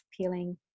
peeling